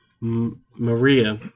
Maria